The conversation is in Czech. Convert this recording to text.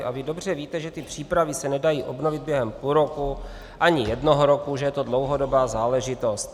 A vy dobře víte, že ty přípravy se nedají obnovit během půl roku ani jednoho roku, že je to dlouhodobá záležitost.